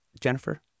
Jennifer